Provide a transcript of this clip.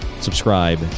subscribe